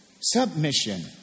submission